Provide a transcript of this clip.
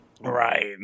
Right